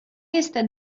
este